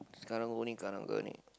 karung-guni karang-guni